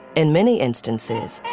in many instances,